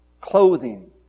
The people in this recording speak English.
clothing